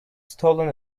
stolen